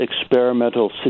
experimental